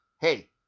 Hey